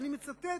אני מצטט,